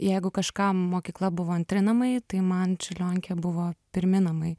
jeigu kažkam mokykla buvo antri namai tai man čiurlionkė buvo pirmi namai